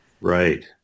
Right